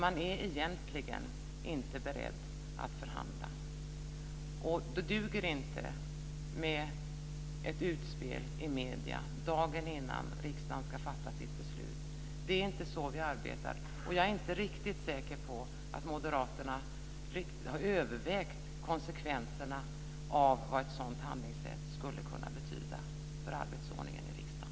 Man är egentligen inte beredd att förhandla. Då duger det inte med ett utspel i medierna dagen innan riksdagen ska fatta sitt beslut. Det är inte så vi arbetar. Jag är inte riktigt säker på att moderaterna har övervägt konsekvenserna av vad ett sådant handlingssätt skulle kunna betyda för arbetsordningen i riksdagen.